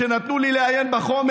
כשנתנו לי לעיין בחומר,